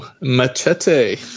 Machete